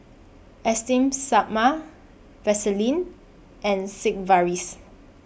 Esteem Stoma Vaselin and Sigvaris